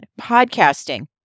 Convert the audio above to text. podcasting